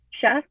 chef